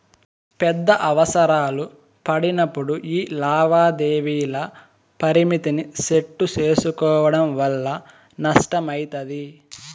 పెద్ద అవసరాలు పడినప్పుడు యీ లావాదేవీల పరిమితిని సెట్టు సేసుకోవడం వల్ల నష్టమయితది